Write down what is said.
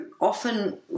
often